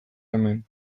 hemen